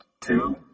two